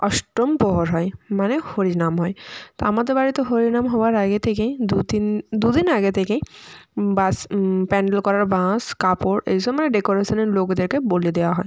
অষ্টম প্রহর হয় মানে হরিনাম হয় তো আমাদের বাড়িতে হরিনাম হওয়ার আগে থেকেই দু দিন দু দিন আগে থেকেই বাঁশ প্যান্ডেল করার বাঁশ কাপড় এই সময় ডেকরেশানের লোকদেরকে বলে দেওয়া হয়